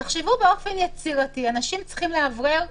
תחשבו באופן יצירתי, אנשים צריכים לאוורר,